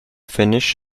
finnish